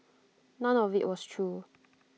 none of IT was true